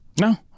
No